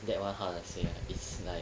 that [one] how to say uh it's like